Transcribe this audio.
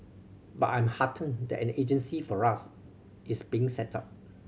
but I'm heartened that an agency for us is being set up